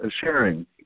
sharing